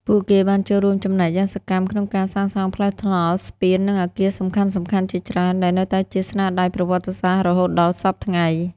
ពួកគេបានចូលរួមចំណែកយ៉ាងសកម្មក្នុងការសាងសង់ផ្លូវថ្នល់ ស្ពាន និងអគារសំខាន់ៗជាច្រើន ដែលនៅតែជាស្នាដៃប្រវត្តិសាស្ត្ររហូតដល់សព្វថ្ងៃ។